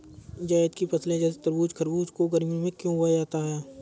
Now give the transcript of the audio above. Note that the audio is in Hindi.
जायद की फसले जैसे तरबूज़ खरबूज को गर्मियों में क्यो बोया जाता है?